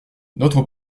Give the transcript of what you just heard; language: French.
notre